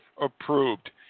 approved